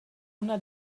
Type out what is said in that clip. una